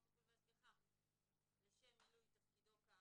(טיפול והשגחה) לשם מילוי תפקידו כאמור,